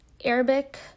Arabic